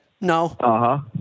no